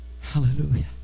Hallelujah